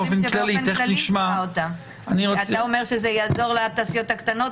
נשמע אותם, אתה אומר שזה יעזור לתעשיות הקטנות?